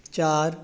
ਚਾਰ